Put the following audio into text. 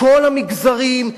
מכל המגזרים,